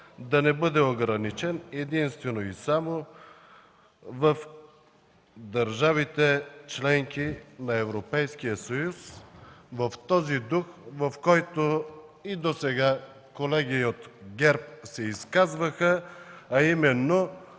да не бъде ограничен единствено и само в държавите – членки на Европейския съюз. В този дух, в който и досега колеги и от ГЕРБ се изказваха, а именно